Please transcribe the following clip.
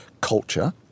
culture